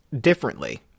differently